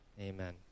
Amen